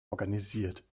organisiert